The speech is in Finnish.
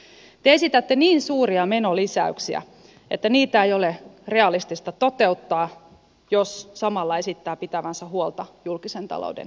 te esitätte niin suuria menolisäyksiä että niitä ei ole realistista toteuttaa jos samalla esittää pitävänsä huolta julkisen talouden tasapainosta